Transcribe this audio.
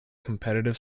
competitive